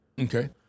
okay